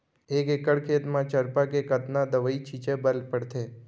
एक एकड़ खेत म चरपा के कतना दवई छिंचे बर पड़थे?